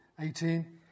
18